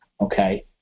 okay